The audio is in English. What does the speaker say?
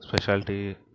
specialty